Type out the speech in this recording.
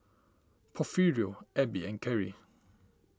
Porfirio Abbey and Kerri